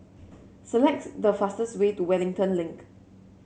selects the fastest way to Wellington Link